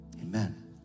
amen